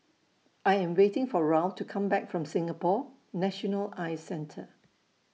I Am waiting For Raul to Come Back from Singapore National Eye Centre